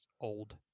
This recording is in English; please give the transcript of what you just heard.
old